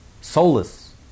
Soulless